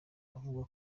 avuga